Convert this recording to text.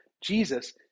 Jesus